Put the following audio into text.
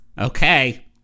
okay